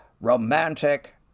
romantic